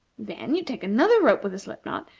then you take another rope with a slip-knot,